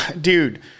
Dude